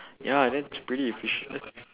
ya and that's pretty efficient